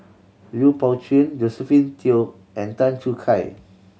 Lui Pao Chuen Josephine Teo and Tan Choo Kai